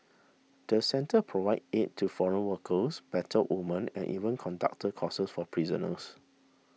the centre provided aid to foreign workers battered woman and even conducted courses for prisoners